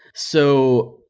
so,